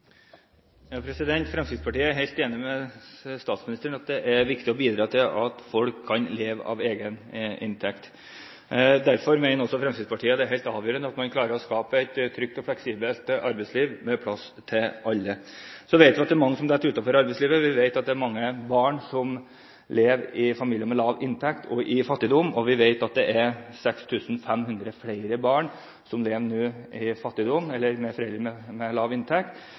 helt enig med statsministeren i at det er viktig å bidra til at folk kan leve av egen inntekt. Derfor mener også Fremskrittspartiet at det er helt avgjørende at man klarer å skape et trygt og fleksibelt arbeidsliv med plass til alle. Så vet vi at det er mange som detter utenfor arbeidslivet. Vi vet at det er mange barn som lever i familier med lav inntekt og i fattigdom. Vi vet at det er 6 500 flere barn som nå lever i fattigdom med foreldre med lav inntekt,